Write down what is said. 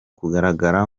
kugaragara